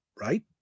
right